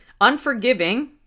Unforgiving